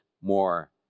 more